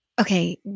Okay